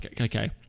Okay